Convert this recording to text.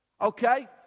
okay